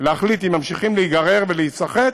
להחליט אם ממשיכים להיגרר ולהיסחט,